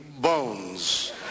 Bones